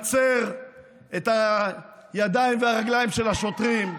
מצר את הידיים והרגליים של השוטרים.